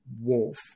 wolf